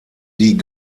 die